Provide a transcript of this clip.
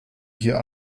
hier